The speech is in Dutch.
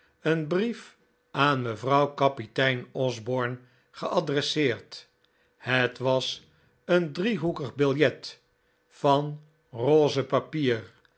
een brief aan mevrouw kapitein osborne geadresseerd het was een driehoekig biljet van rose papier